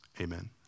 Amen